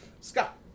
Scott